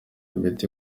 imiti